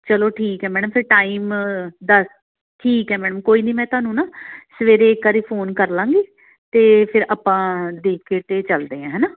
ਚਲੋ ਠੀਕ ਹੈ ਮੈਡਮ ਫਿਰ ਟਾਈਮ ਦੱਸ ਠੀਕ ਹੈ ਮੈਡਮ ਕੋਈ ਨਹੀਂ ਮੈਂ ਤੁਹਾਨੂੰ ਨਾ ਸਵੇਰੇ ਇੱਕ ਵਾਰੀ ਫੋਨ ਕਰ ਲਾਂਗੀ ਅਤੇ ਫਿਰ ਆਪਾਂ ਦੇਖ ਕੇ ਅਤੇ ਚਲਦੇ ਹਾਂ ਹੈ ਨਾ